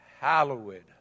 hallowed